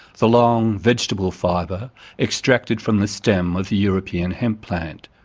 the long vegetable fibre extracted from the stem of the european hemp plant.